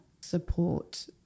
support